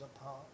apart